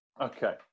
Okay